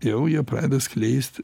jau jie pradeda skleist